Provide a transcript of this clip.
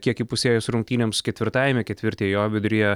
kiek įpusėjus rungtynėms ketvirtajame ketvirtyje jo viduryje